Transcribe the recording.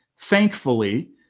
Thankfully